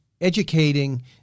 educating